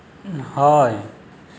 ᱦᱳᱭ